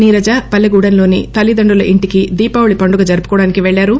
నీరజ పల్లెగూడెంలోని తల్లిదండ్రుల ఇంటికి దీపావళి పండుగ జరుపుకోవడానికి పెళ్లారు